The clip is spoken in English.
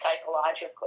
psychologically